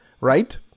Right